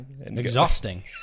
Exhausting